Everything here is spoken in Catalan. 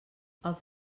els